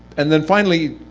and then finally,